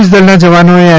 પોલિસદળના જવાનોએ આઈ